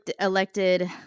elected